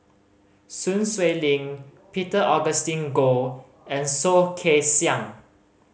Sun Xueling Peter Augustine Goh and Soh Kay Siang